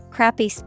crappy